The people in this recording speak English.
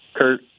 Kurt